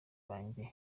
banjye